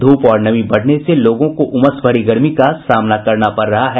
धूप और नमी बढ़ने से लोगों को उमस भरी गर्मी का सामना करना पड़ रहा है